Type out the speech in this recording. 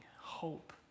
hope